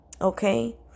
Okay